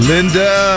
Linda